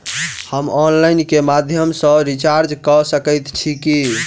हम ऑनलाइन केँ माध्यम सँ रिचार्ज कऽ सकैत छी की?